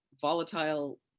volatile